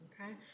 Okay